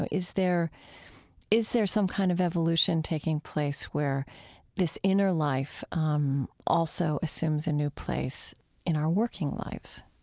ah is there is there some kind of evolution taking place where this inner life um also assumes a new place in our working lives?